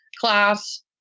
class